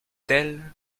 tel